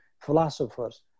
philosophers